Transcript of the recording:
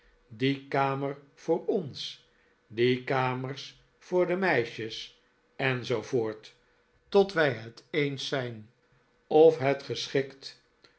die kamer voor ons die kamers voor de meisjes en zoo voort tot wij het eens zijn of het geschikt